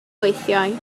weithiau